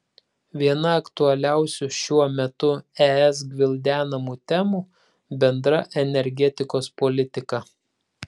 viena aktualiausių šiuo metu es gvildenamų temų bendra energetikos politika